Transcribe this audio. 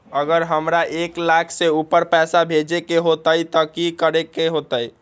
अगर हमरा एक लाख से ऊपर पैसा भेजे के होतई त की करेके होतय?